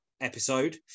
episode